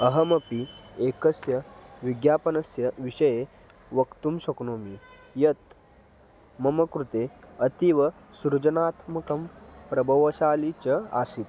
अहमपि एकस्य विज्ञापनस्य विषये वक्तुं शक्नोमि यत् मम कृते अतीव सृजनात्मकं प्रभावशाली च आसीत्